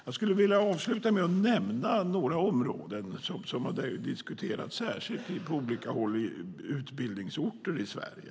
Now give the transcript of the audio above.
Jag skulle vilja avsluta med att nämna några områden som har diskuterats särskilt på olika håll i utbildningsorter i Sverige.